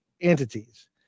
entities